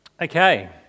Okay